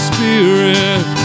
Spirit